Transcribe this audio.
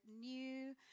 New